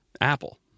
Apple